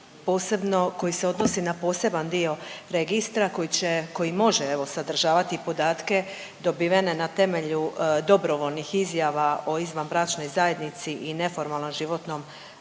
koji se odnosi na poseban dio registra koji će, koji može, evo, sadržavati podatke dobivene na temelju dobrovoljnih izjava o izvanbračnoj zajednici i neformalnom životnom partnerstvu